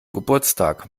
geburtstag